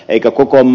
eikö koko j